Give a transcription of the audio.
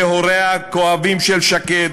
להוריה הכואבים של שקד,